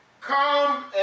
come